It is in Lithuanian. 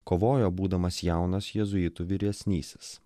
kovojo būdamas jaunas jėzuitų vyresnysis